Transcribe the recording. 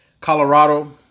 Colorado